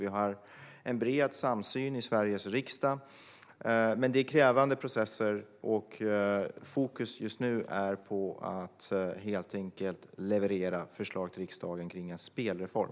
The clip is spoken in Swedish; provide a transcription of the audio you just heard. Vi har bred samsyn i Sveriges riksdag. Men det är krävande processer, och fokus just nu är på att helt enkelt leverera förslag till riksdagen om en spelreform.